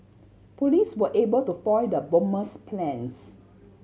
police were able to foil the bomber's plans